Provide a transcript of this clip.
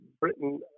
Britain